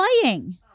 playing